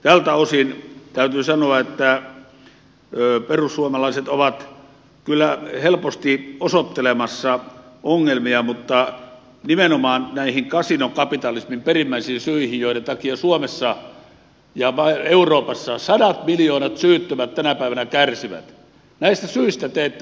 tältä osin täytyy sanoa että perussuomalaiset ovat kyllä helposti osoittelemassa ongelmia mutta nimenomaan näistä kasinokapitalismin perimmäisistä syistä joiden takia suomessa ja euroopassa sadat miljoonat syyttömät tänä päivänä kärsivät te ette puhu missään vaiheessa